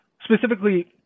Specifically